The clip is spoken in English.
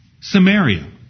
Samaria